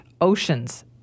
oceans